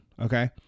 Okay